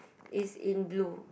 is in blue